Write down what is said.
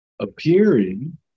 appearing